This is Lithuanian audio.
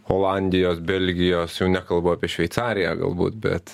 olandijos belgijos jau nekalbu apie šveicariją galbūt bet